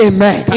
Amen